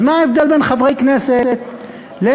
אז מה ההבדל בין חברי כנסת לנהגים,